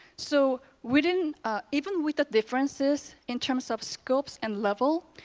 so we didn't even with the differences in terms of scopes and level.